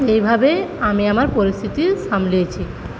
এইভাবেই আমি আমার পরিস্থিতি সামলেছি